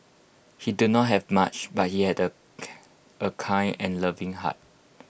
he did not have much but he had A kind and loving heart